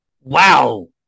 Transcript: Wow